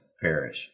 perish